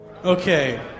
Okay